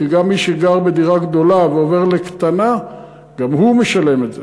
כי גם מי שגר בדירה גדולה ועובר לקטנה משלם את זה.